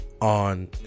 on